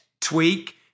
tweak